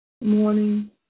Morning